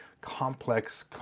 complex